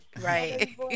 right